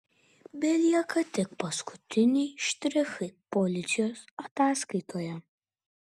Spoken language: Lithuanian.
belieka tik paskutiniai štrichai policijos ataskaitoje